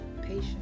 patient